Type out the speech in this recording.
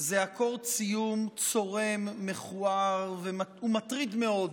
הוא אקורד סיום צורם, מכוער ומטריד מאוד